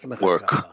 work